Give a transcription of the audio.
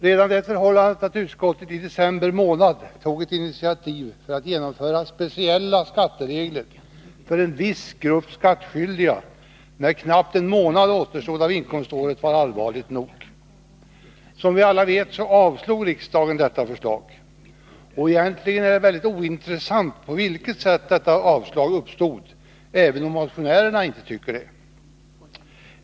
Redan det förhållandet att utskottet i december månad tog ett initiativ för att genomföra speciella skatteregler för en viss grupp skattskyldiga när knappt en månad återstod av inkomståret var allvarligt nog. Som vi alla vet avslog riksdagen detta förslag, och egentligen är det ointressant på vilket sätt detta avslag tillkom, även om motionärerna inte tycker det.